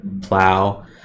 plow